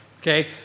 Okay